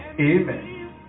amen